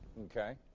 Okay